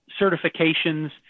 certifications